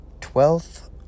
twelfth